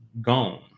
gone